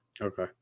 Okay